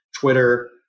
Twitter